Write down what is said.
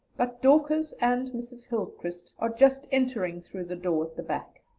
but dawkers, and mrs. hillcrist are just entering through the door at the back.